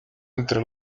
entre